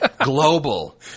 global